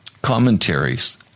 Commentaries